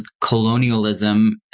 colonialism